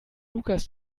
lukas